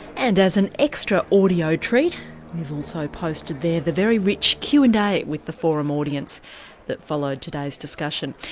and as an extra audio treat we've also posted there the very rich q and a with the forum audience that followed today's discussion.